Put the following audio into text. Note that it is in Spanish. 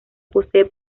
posee